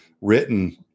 written